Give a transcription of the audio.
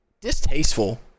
distasteful